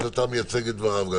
אז אתה מייצג גם את דבריו.